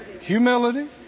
Humility